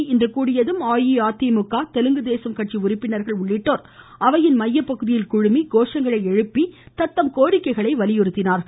மக்களவை இன்று கூடியதும் அஇஅதிமுக தெலுங்கு தேசம் உறுப்பினர்கள் அவையின் மையப்பகுதியில் குழுமி கோஷங்களை எழுப்பி தத்தம் கோரிக்கைகளை வலியுறுத்தினார்கள்